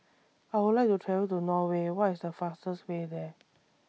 I Would like to travel to Norway What IS The fastest Way There